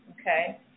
okay